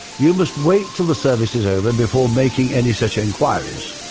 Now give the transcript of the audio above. you must wait till the service is over before making any such inquiries.